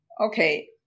Okay